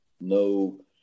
no